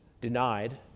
denied